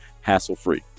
hassle-free